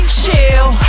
chill